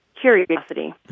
curiosity